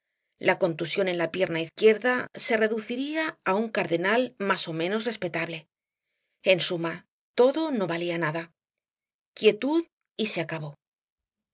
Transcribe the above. la contusión en la pierna izquierda se reduciría á un cardenal más ó menos respetable en suma todo no valía nada quietud y se acabó